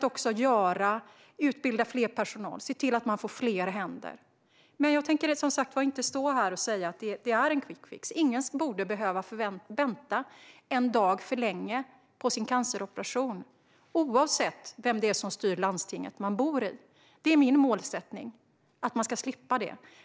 Vi utbildar mer personal och ser till att man får fler händer i vården. Men jag tänker som sagt inte stå här och säga att det är någon quick fix. Ingen borde behöva vänta en enda dag för länge på sin canceroperation oavsett vem det är som styr det landsting man bor i. Det är min målsättning att man ska slippa det.